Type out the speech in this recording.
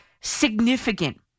significant